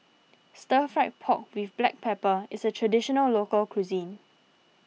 Stir Fried Pork with Black Pepper is a Traditional Local Cuisine